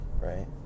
Right